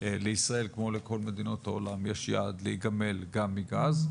לישראל כמו לכל מדינות העולם יש יעד להיגמל גם מגז,